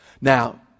Now